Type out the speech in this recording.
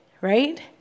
right